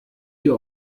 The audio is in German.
ihr